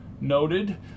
Noted